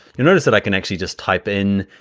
notice that i can actually just type in